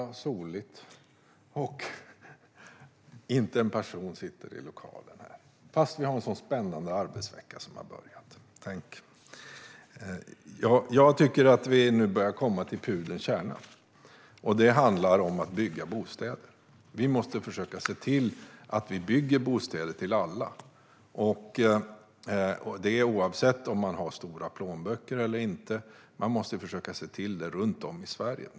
Herr talman! Det är måndag och soligt. Inte en person sitter här i lokalen, fastän vi har en sådan spännande arbetsvecka som har börjat. Jag tycker att vi nu börjar komma till pudelns kärna. Det handlar om att bygga bostäder. Vi måste försöka se till att vi bygger bostäder till alla, oavsett om man har en stor plånbok eller inte. Vi måste försöka se till att göra detta runt om i Sverige.